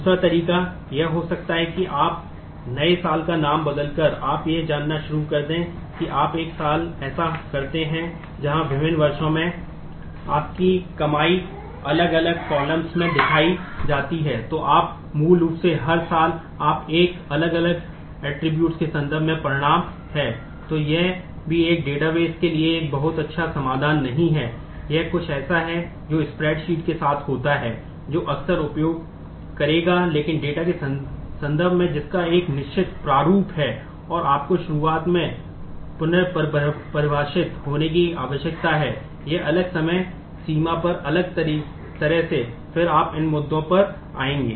दूसरा तरीका यह हो सकता है कि आप हर नए साल का नाम बदलकर आप यह जानना शुरू कर दें कि आप एक साल ऐसा करते हैं जहाँ विभिन्न वर्षों में आपकी कमाई अलग अलग कॉलम के संदर्भ में जिसका एक निश्चित प्रारूप है और आपको शरुआत से पुनर्परिभाषित होने की आवश्यकता है एक अलग समय सीमा पर अलग तरह से फिर आप इन मुद्दों पर आएंगे